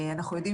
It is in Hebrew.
אנחנו יודעים